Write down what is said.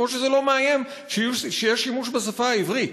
כמו שזה לא מאיים שיהיה שימוש בשפה העברית.